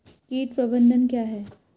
कीट प्रबंधन क्या है?